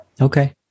Okay